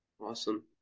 Awesome